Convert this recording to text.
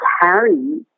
carry